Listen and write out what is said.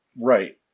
Right